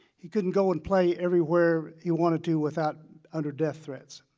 he couldn't go and play everywhere he wanted to without under death threats.